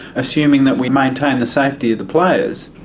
assuming that we maintain the safety of the players.